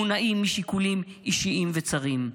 מונעים משיקולים אישיים וצרים.